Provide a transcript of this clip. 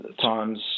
times